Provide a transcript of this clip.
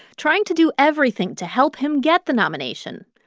trying to do everything to help him get the nomination.